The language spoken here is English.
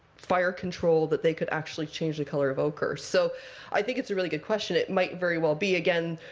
fire control, that they could actually change the color of ochre. so i think it's a really good question. it might very well be, again,